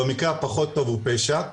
במקרה הפחות טוב הוא פשע.